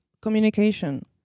communication